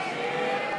ההסתייגויות לסעיף 30,